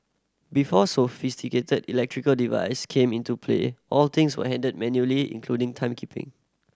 before sophisticated electrical device came into play all things were handled manually including timekeeping